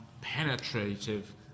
penetrative